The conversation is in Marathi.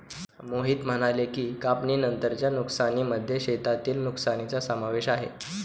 मोहित म्हणाले की, कापणीनंतरच्या नुकसानीमध्ये शेतातील नुकसानीचा समावेश आहे